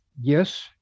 Yes